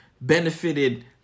benefited